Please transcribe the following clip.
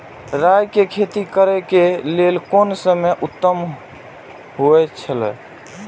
राय के खेती करे के लेल कोन समय उत्तम हुए छला?